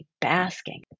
basking